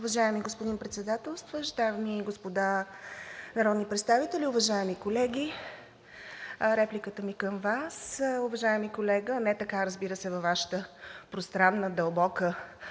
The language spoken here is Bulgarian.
Уважаеми господин Председател, дами и господа народни представители, уважаеми колеги! Репликата ми към Вас, уважаеми колега, е не така, разбира се, във Вашата пространна, дълбока,